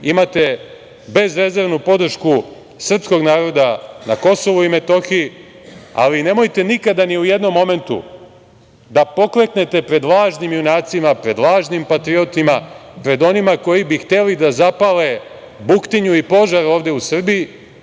imate bezrezervnu podršku srpskog naroda na Kosovu i Metohiji, ali nemojte nikada ni u jednom momentu da pokleknete pred lažnim junacima, pred lažnim patriotama, pred onima koji bi hteli da zapale buktinju i požar ovde u Srbiji